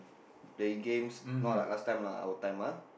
playing games not like last time our time ah